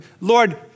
Lord